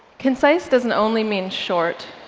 concise doesn't only mean short.